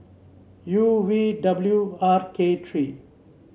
U V W R K three